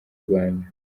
rwanda